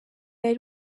yari